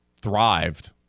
thrived